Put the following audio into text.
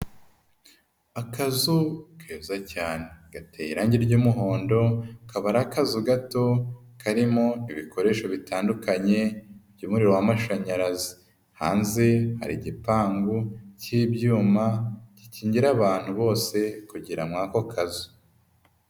Akazu keza cyane gateye irangi ry'umuhondo, akaba ari akazu gato karimo ibikoresho bitandukanye by'umuriro w'amashanyarazi, hanze hari igipangu cy'ibyuma gikingira abantu bose kugera muri ako kazu.